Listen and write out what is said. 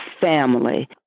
family